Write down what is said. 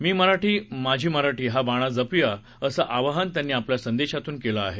मी मराठी माझी मराठी हा बाणा जपूया असं आवाहन त्यांनी आपल्या संदेशातून केला आहे